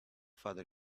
father